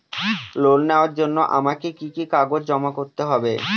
Loan নেওয়ার জন্য আমাকে কি কি কাগজ জমা করতে হবে?